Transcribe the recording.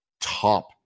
top